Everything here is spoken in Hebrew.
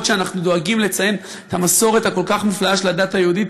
שאנחנו דואגים לציין את המסורת הכל-כך מופלאה של הדת היהודית,